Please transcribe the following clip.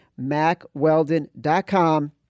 MacWeldon.com